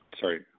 sorry